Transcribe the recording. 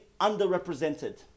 underrepresented